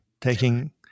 taking